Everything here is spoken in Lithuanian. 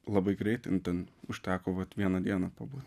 labai greit ten ten užteko vat vieną dieną pabūt